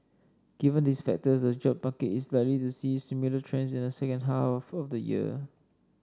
given these factors the job market is likely to see similar trends in the second half of the year